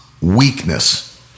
weakness